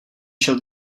shall